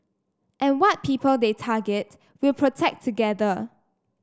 and what people they target we'll protect together